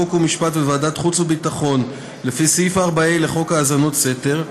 חוק ומשפט וועדת החוץ והביטחון לפי סעיף 4(ה) לחוק האזנות סתר,